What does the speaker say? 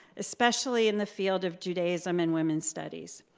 especially in the field of judaism and women's studies.